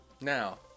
Now